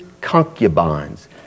concubines